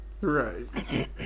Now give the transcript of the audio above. Right